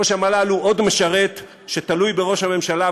ראש המל"ל הוא עוד משרת שתלוי בראש הממשלה,